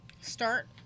start